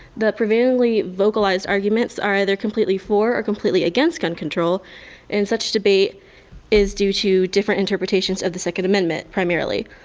the prevailing vocalized arguments are, they're completely for or completely against gun control and such debate is due to different interpretations of the second amendment, primarily.